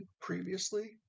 previously